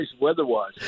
weather-wise